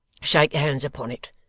shake hands upon it.